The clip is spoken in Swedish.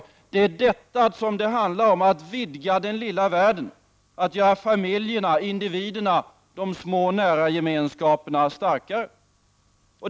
Det är alltså detta som det handlar om, att vidga den lilla världen, att göra familjerna, individerna, de små nära gemenskaperna, starkare.